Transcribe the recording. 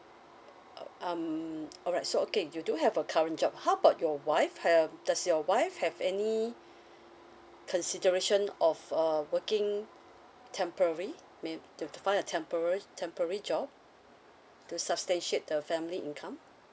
um alright so okay you do have a current job how about your wife um does your wife have any consideration of uh working temporary maybe to find a temporary temporary job to substantiate the family income